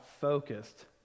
focused